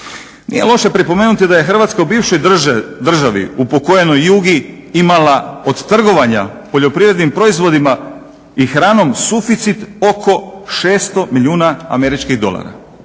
Nije loše pripomenuti da je Hrvatska u bivšoj državi upokojenoj Jugi imala od trgovanja poljoprivrednim proizvodima i hranom suficit oko 600 milijuna američkih dolara,